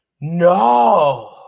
No